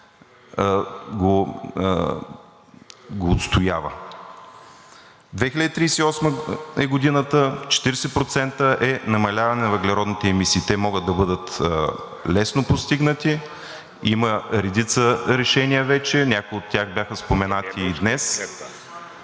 го отстоява. Годината е 2038 г., 40% е намаляването на въглеродните емисии. Те могат да бъдат лесно постигнати. Има редица решения вече, някои от тях бяха споменати и днес.